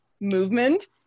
movement